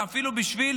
ואפילו בשביל